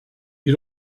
you